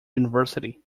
university